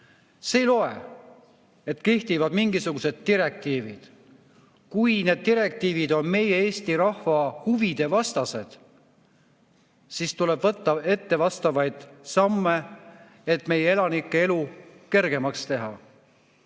ei loe, et kehtivad mingisugused direktiivid. Kui need direktiivid on Eesti rahva huvide vastased, siis tuleb võtta ette vastavaid samme, et meie elanike elu kergemaks teha,